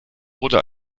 wurde